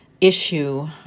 issue